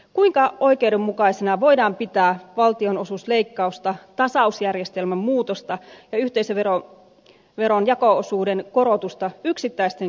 kuinka oikeudenmukaisena voidaan pitää valtionosuusleikkausta tasausjärjestelmän muutosta ja yhteisöveron jako osuuden korotusta yksittäisten kuntien kannalta